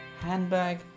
handbag